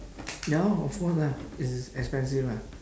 ya lor of course ah it's expensive ah